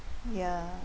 ya